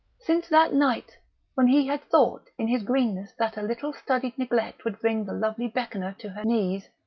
since that night when he had thought in his greenness that a little studied neglect would bring the lovely beckoner to her knees,